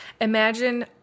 Imagine